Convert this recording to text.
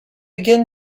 again